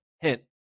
hint